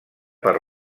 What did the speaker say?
per